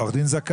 עורך דין זכאי,